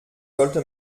sollte